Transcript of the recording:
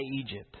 Egypt